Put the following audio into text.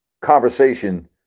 conversation